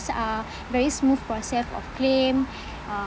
uh very smooth process of claim uh